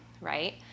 Right